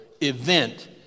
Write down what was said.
event